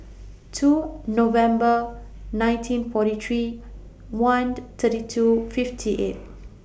two November nineteen forty three one thirty two fifty eight